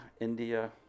India